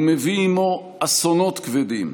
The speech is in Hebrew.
הוא מביא עימו אסונות כבדים,